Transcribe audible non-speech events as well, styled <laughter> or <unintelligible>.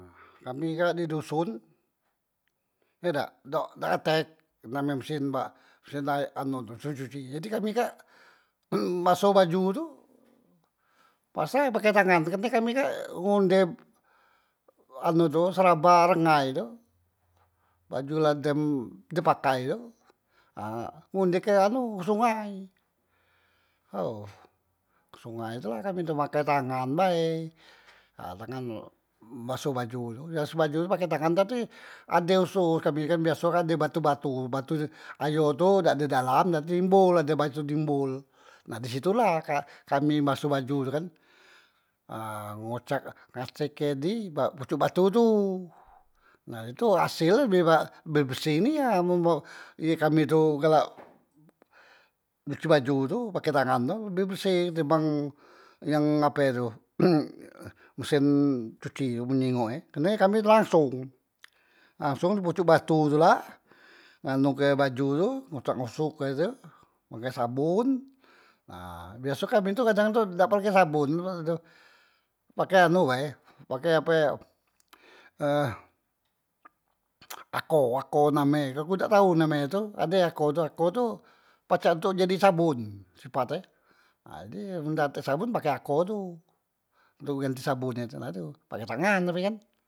Kami kak di doson ye dak, dak katek name mesen ba mesen anu tu mesen cuci, jadi kami kak <noise> baso baju tu pasa pake tangan karne kami kak ngunde be anu tu serabah rengai tu, baju la dem di pakai tu ha ngunde ke sungai ao, ke sungai tu la kami tu makai tangan bae, ha tangan baso baju tu, baso baju tu makai tangan tapi ade osor kami kan biaso kan di batu- batu, batu ayo tu dak do dalam jadi timbol ade batu timbol nah di situ la kami baso baju tu kan, ha ngocek ngasek kedi bak pocok batu tu, nah tu asel e be bersih nia men ye kami tu galak <noise> nyuci baju tu pake tangan tu lebih berseh timbang ape tu <noise> mesen cuci tu men ningok e, karne kami langsong, langsong di pocok batu tu la nganu ke baju tu ngosak ngosok tu make sabon, nah biaso kami tu kadang tu dak make sabon <unintelligible> pake anu bae pake ape <hesitation> e ako, ako name e ku dak tau name e tu ade ako tu, aku tu pacak ntok jadi sabon sipat e, nah jadi men dak tek sabon pake ako tu ntok ganti sabon e tu, pake tangan tapi kan.